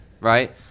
Right